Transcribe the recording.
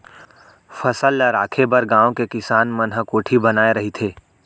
फसल ल राखे बर गाँव के किसान मन ह कोठी बनाए रहिथे